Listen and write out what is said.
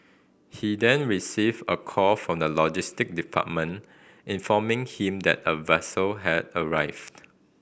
he then received a call from the logistic department informing him that a vessel had arrived